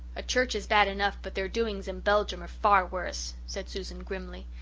a church is bad enough but their doings in belgium are far worse, said susan grimly.